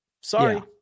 Sorry